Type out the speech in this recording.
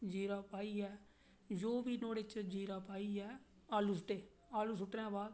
जीरा पाइयै जो बी नुआढ़े च जीरा पाइयै आलू सु'ट्टे आलू सू'ट्टने दे बाद